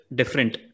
different